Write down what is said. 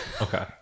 Okay